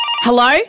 Hello